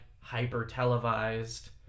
hyper-televised